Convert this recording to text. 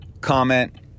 comment